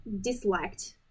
disliked